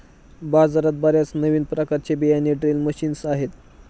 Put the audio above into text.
बाजारात बर्याच नवीन प्रकारचे बियाणे ड्रिल मशीन्स आहेत